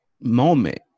moment